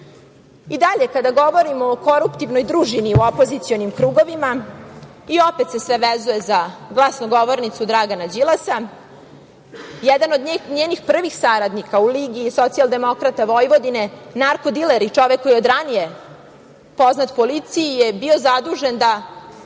ligama. Dalje, kada govorimo o koruptivnoj družini u opozicionim krugovima, opet se sve vezuje za glasnogovornicu Dragana Đilasa. Jedan od njenih prvih saradnika u Ligi socijaldemokrata Vojvodine, narko diler i čovek koji je od ranije poznat policiji, je bio zadužen da